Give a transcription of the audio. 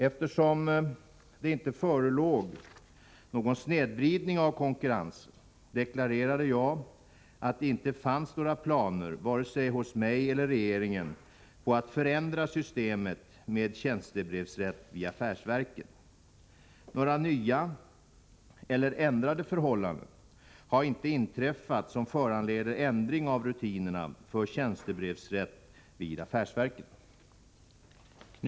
Eftersom det inte förelåg någon snedvridning av konkurrensen, deklarerade jag att det inte fanns några planer vare sig hos mig eller hos regeringen på att förändra systemet med tjänstebrevsrätt vid affärsverken. Några nya eller ändrade förhållanden har inte inträffat som föranleder ändring av rutinerna för tjänstebrevsrätt vid affärsverken.